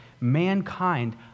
Mankind